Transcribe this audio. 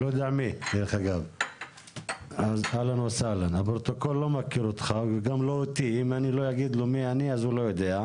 ואם לא נגיד לו אז הוא לא יודע.